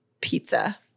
pizza